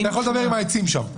אתה יכול לדבר עם העצים שם.